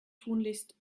tunlichst